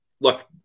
Look